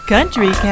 Country